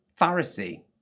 Pharisee